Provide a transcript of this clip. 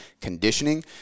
conditioning